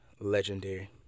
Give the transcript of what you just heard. legendary